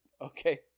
okay